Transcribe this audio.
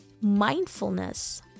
mindfulness